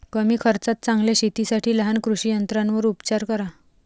कमी खर्चात चांगल्या शेतीसाठी लहान कृषी यंत्रांवर उपचार करा